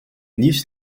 liefst